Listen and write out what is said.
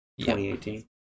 2018